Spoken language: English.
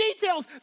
details